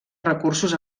recursos